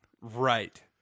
Right